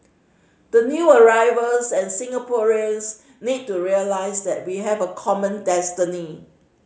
the new arrivals and Singaporeans need to realise that we have a common destiny